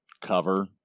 cover